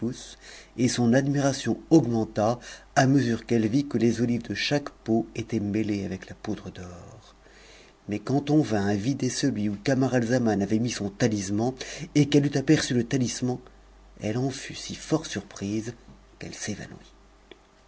et son admiration augmenta à mesure qu'elle vit que les olives de chaque pot étaient mêlées avec la poudre d'or mais quand on vint à vider celui où camaralza'uan avait mis son talisman et qu'elle eut aperçu e talisman elle en fut si fort surprise qu'elle